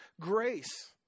grace